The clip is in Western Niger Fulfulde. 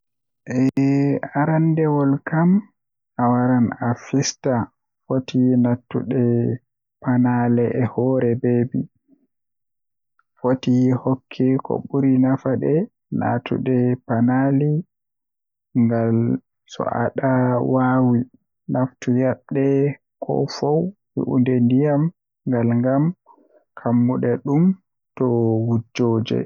Eh aranndewol kam awaran a fista foti naatude pañali e hoore baby. Foti hokke ko ɓuri nafaade, naatude pañali ngal so aɗa waawi. Naftu yaaɓde ko fow, wi'ude ndiyam ngal ngam. Kammunde ɗum to wujjooje